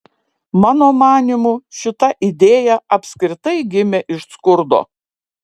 mano manymu šita idėja apskritai gimė iš skurdo